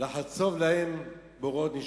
לחצוב להם בארות נשברים.